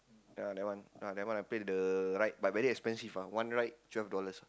ya that one uh that one I play the ride but very expensive ah one ride twelve dollars ah